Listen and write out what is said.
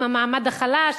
עם המעמד החלש,